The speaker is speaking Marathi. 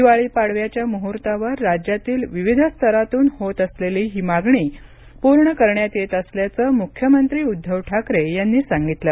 दिवाळी पाडव्याच्या मुहूर्तावर राज्यातील विविध स्तरातून होत असलेली ही मागणी पूर्ण करण्यात येत असल्याचं मुख्यमंत्री उद्धव ठाकरे यांनी सांगितलं